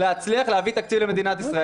להצליח להביא תקציב למדינת ישראל.